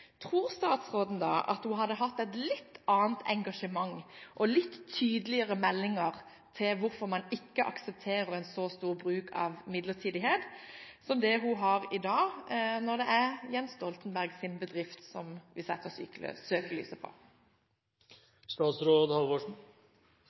Tror statsråden at hun da hadde hatt et litt annet engasjement og litt tydeligere meldinger til hvorfor man ikke aksepterer en så stor bruk av midlertidighet, enn det hun har i dag, når det er Jens Stoltenbergs bedrift som vi setter